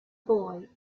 boy